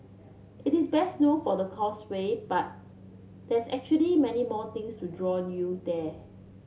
it is best known for the causeway but there's actually many more things to draw you there